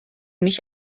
mich